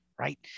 Right